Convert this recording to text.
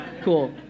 Cool